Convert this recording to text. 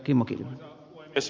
arvoisa puhemies